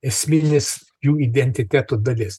esminis jų identiteto dalis